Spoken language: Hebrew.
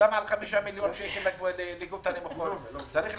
וסוכם על 5 מיליון שקל לליגות הנמוכות בכדורגל.